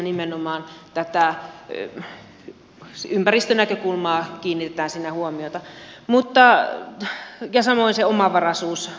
nimenomaan tähän ympäristönäkökulmaan kiinnitetään siinä huomiota samoin siihen omavaraisuusasteeseen mikä on